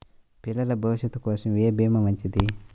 పిల్లల భవిష్యత్ కోసం ఏ భీమా మంచిది?